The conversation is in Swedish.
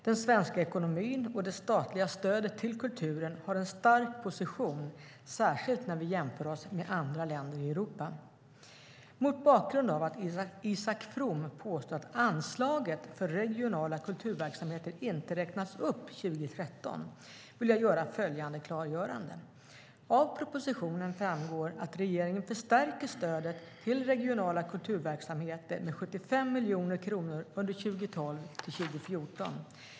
Den svenska ekonomin och det statliga stödet till kulturen har en stark position, särskilt när vi jämför oss med andra länder i Europa. Mot bakgrund av att Isak From påstår att anslaget för regionala kulturverksamheter inte räknas upp 2013 vill jag göra följande klargörande. Av propositionen framgår att regeringen förstärker stödet till regionala kulturverksamheter med 75 miljoner kronor under 2012-2014.